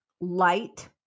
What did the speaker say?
light